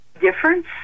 difference